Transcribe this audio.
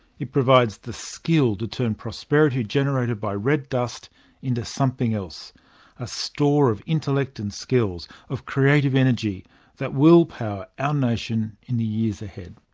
it provides the skills to turn prosperity generated by the red dust into something else a store of intellect and skills, of creative energy that will power our nation in the years ahead.